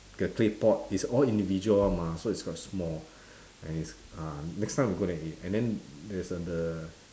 the claypot it's all individual [one] mah so it's quite small and it's uh next time we go there eat and then there's the